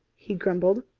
he grumbled.